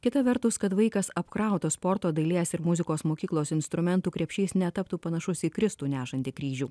kita vertus kad vaikas apkrauto sporto dailės ir muzikos mokyklos instrumentų krepšys netaptų panašus į kristų nešantį kryžių